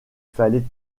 fallait